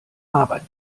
aber